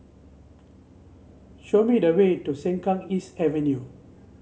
show me the way to Sengkang East Avenue